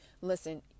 listen